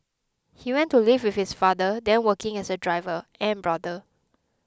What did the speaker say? he went to live with his father then working as a driver and brother